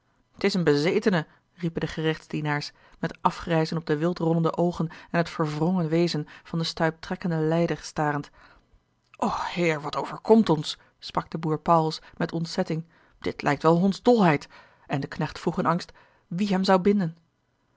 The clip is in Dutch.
t is een bezetene riepen de gerechtsdienaars met afgrijzen op de wild rollende oogen en het verwrongen wezen van den stuiptrekkenden lijder starend o heer wat overkomt ons sprak de boer pauwels met ontzetting dit lijkt wel hondsdolheid en de knecht vroeg in angst wie hem zou binden